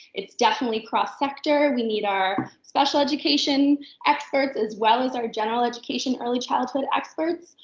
it's definitely cross-sector. we need our special education experts as well as our general education early childhood experts,